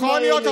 יכול להיות,